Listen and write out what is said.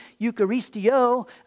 Eucharistio